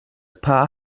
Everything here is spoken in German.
paar